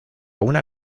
una